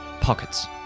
pockets